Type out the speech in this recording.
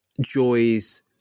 Joy's